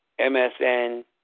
MSN